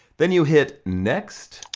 then you hit, next.